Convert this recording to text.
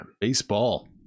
Baseball